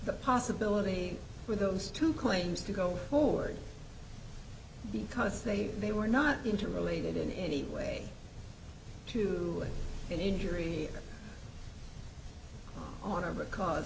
the possibility for those two claims to go forward because they they were not going to related in any way to an injury or order because